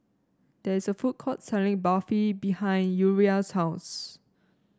there is a food court selling Barfi behind Uriah's house